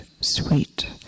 sweet